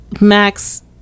Max